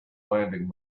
landing